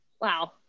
Wow